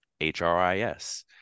HRIS